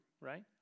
right